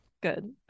good